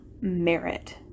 merit